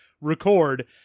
record